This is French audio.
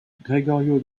gregorio